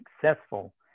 successful